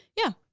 yeah,